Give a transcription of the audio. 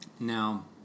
Now